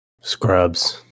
Scrubs